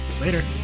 Later